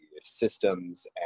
systems